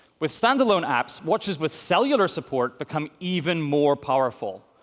with stand-alone apps, watches with cellular support become even more powerful.